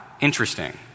interesting